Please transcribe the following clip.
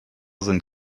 sind